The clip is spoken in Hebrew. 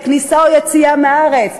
לכניסה או יציאה מהארץ,